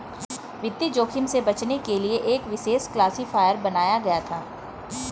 वित्तीय जोखिम से बचने के लिए एक विशेष क्लासिफ़ायर बनाया गया था